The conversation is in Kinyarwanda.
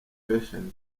fashion